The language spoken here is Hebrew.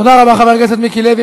תודה רבה, חבר הכנסת מיקי לוי.